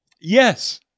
Yes